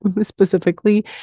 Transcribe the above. specifically